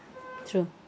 true